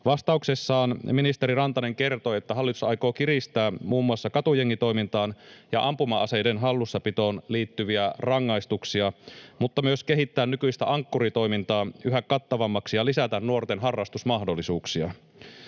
Vastauksessaan ministeri Rantanen kertoi, että hallitus aikoo kiristää muun muassa katujengitoimintaan ja ampuma-aseiden hallussapitoon liittyviä rangaistuksia mutta myös kehittää nykyistä Ankkuri-toimintaa yhä kattavammaksi ja lisätä nuorten harrastusmahdollisuuksia.